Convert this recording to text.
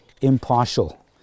impartial